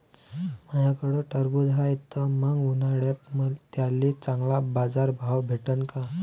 माह्याकडं टरबूज हाये त मंग उन्हाळ्यात त्याले चांगला बाजार भाव भेटन का?